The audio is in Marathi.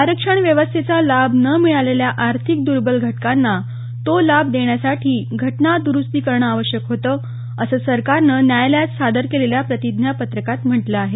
आरक्षण व्यवस्थेचा लाभ न मिळालेल्या आर्थिक दुर्बल घटकांना तो लाभ देण्यासाठी घटना द्रुस्ती करणं आवश्यक होतं असं सरकारनं न्यायालयात सादर केलेल्या प्रतिज्ञापत्रकात म्हंटलं आहे